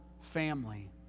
family